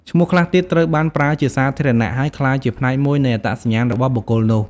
ឈ្មោះខ្លះទៀតត្រូវបានប្រើជាសាធារណៈ ហើយក្លាយជាផ្នែកមួយនៃអត្តសញ្ញាណរបស់បុគ្គលនោះ។